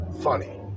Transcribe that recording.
funny